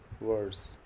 words